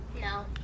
No